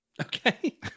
Okay